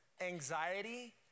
anxiety